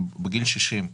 בגיל 60,